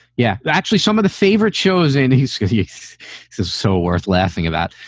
yeah, actually, some of the favorite shows. and he's because he is so, so worth laughing about.